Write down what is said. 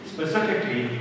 Specifically